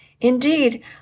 Indeed